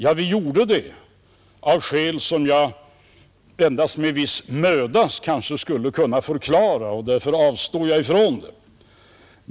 Ja, vi gjorde det av skäl som jag endast med viss möda skulle kunna förklara och därför avstår jag från det.